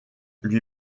lui